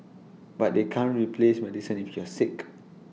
but they can't replace medicine if you're sick